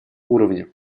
уровня